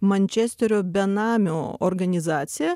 mančesterio benamių organizacija